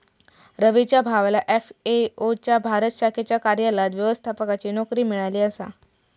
रवीच्या भावाला एफ.ए.ओ च्या भारत शाखेच्या कार्यालयात व्यवस्थापकाची नोकरी मिळाली आसा